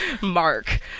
Mark